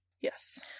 Yes